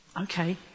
Okay